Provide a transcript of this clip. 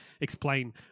explain